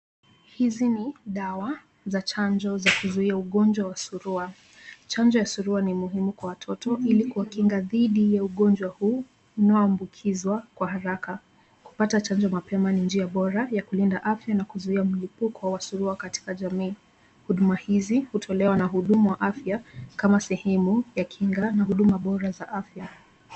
Hizi ni dawa za chanjo za kuzuia ugonjwa wa surua. Chanjo ya surua ni muhimu kwa watoto ili kuwakinga dhidi ya ugonjwa huu unaoambukizwa kwa haraka. Kupata chanjo mapema ni njia bora ya kulinda afya na kuzuia mlipuko wa surua katika jamii. Huduma hizi hutolewa na wahudumu wa afya kama sehemu ya kinga na huduma bora za afya.